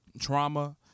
trauma